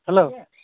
hello